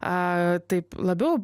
taip labiau